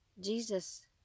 Jesus